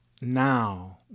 now